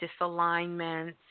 disalignments